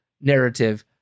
narrative